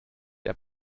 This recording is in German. der